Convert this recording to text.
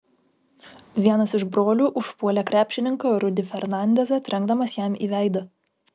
vienas iš brolių užpuolė krepšininką rudy fernandezą trenkdamas jam į veidą